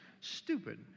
stupid